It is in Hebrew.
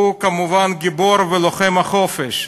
הוא כמובן גיבור ולוחם החופש.